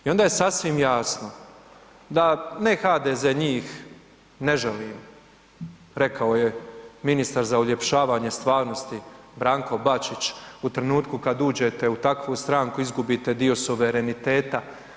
I onda je sasvim jasno da ne HDZ njih ne žalim rekao je ministar za uljepšavanje stvarnosti Branko Bačić u trenutku kad uđete u takvu stranku izgubite dio suvereniteta.